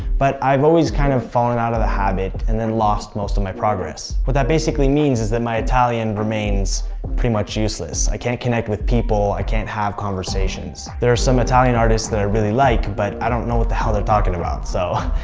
but i've always kind of fallen out of the habit and then lost most of my progress. what that basically means is that my italian remains pretty much useless. i can't connect with people, i can't have conversations. there are some italian artists that i really like, but i don't know what the hell they're talking about, so.